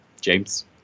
James